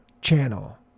channel